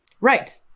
Right